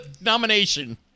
nomination